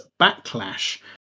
backlash